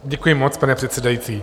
Děkuji moc, pane předsedající.